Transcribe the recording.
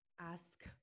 Ask